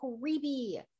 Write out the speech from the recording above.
creepy